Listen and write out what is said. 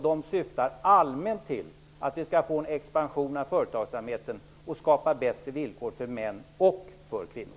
De syftar allmänt till en expansion av företagsamheten och för att skapa bättre villkor för män och för kvinnor.